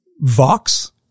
Vox